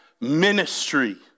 ministry